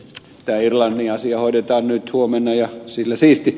tämä irlannin asia hoidetaan huomenna ja sillä siisti